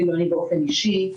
אפילו אני באופן אישי.